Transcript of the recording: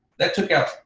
that took out,